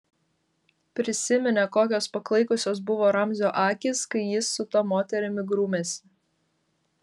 prisiminė kokios paklaikusios buvo ramzio akys kai jis su ta moterimi grūmėsi